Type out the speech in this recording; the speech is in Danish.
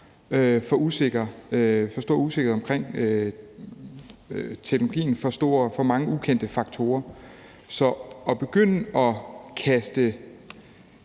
for stor usikkerhed omkring teknologien, og der er for mange ukendte faktorer. Så at begynde at kaste